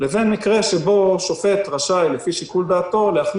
לבין מקרה שבו שופט רשאי לפי שיקול דעתו להחליט